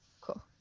cool